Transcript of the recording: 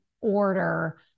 order